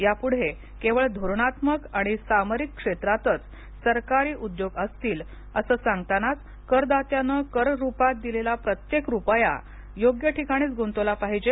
यापुढे केवळ धोरणात्मक आणि सामरिक क्षेत्रातच सरकारी उद्योग असतील असं सांगतानाच करदात्यानं कर रूपात दिलेला प्रत्येक रूपया योग्य ठिकाणीच गुंतवला पाहिजे